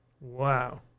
Wow